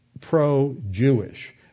pro-Jewish